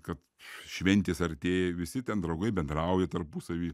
kad šventės artėja visi ten draugai bendrauja tarpusavy